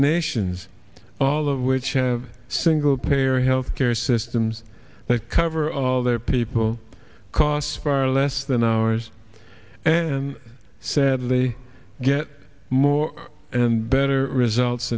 nations all of which have single payer health care systems that cover all their people costs far less than ours and sadly get more and better results